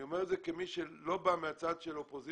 אני אומר את זה כמי שלא בא מהצד של אופוזיציה,